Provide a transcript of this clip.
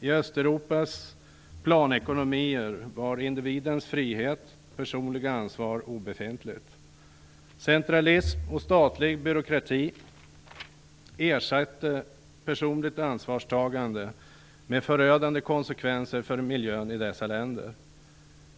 I Östeuropas planekonomier var individens frihet och personliga ansvar obefintliga. Centralism och statlig byråkrati ersatte personligt ansvarstagande, med förödande konsekvenser för miljön i dessa länder.